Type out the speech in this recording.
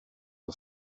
are